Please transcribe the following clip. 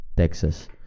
Texas